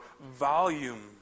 volume